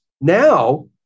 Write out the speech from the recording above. Now